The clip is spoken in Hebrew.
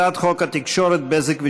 הצעת חוק התקשורת (בזק ושידורים)